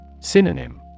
Synonym